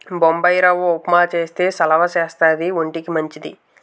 బొంబాయిరవ్వ ఉప్మా చేస్తే సలవా చేస్తది వంటికి మంచిది